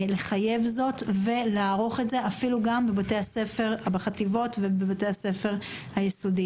לחייב זאת ולערוך את זה גם בחטיבות הביניים ובבתי הספר היסודיים.